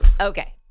Okay